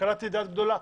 קלעתי לדעת גדולה.